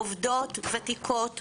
עובדות ותיקות נוטשות,